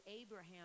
Abraham